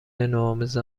نوآموز